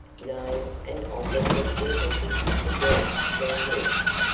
nay, and offered her services to dress their heads,